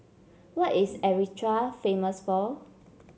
what is Eritrea famous for